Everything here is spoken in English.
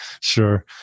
sure